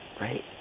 Right